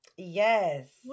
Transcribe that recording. Yes